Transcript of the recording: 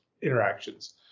interactions